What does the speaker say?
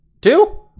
Two